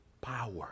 power